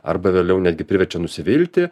arba vėliau netgi priverčia nusivilti